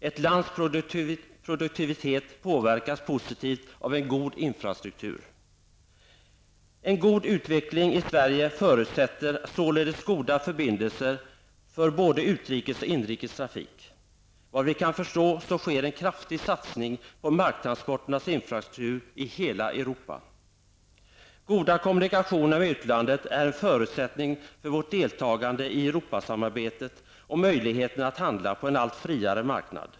Ett lands produktivitet påverkas positivt av en god infrastruktur. En god utveckling i Sverige förutsätter således goda förbindelser för både utrikes och inrikes trafik. Såvitt vi kan förstå sker en kraftig satsning på marktransporternas infrastruktur i hela Europa. Goda kommunikationer med utlandet är en förutsättning för vårt deltagande i Europasamarbetet och möjligheterna att handla på en allt friare marknad.